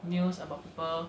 news about people